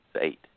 eight